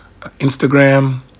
instagram